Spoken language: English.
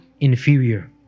inferior